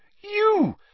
You